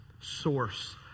source